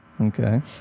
okay